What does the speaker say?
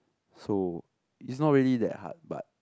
so it's not really that hard but